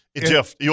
Jeff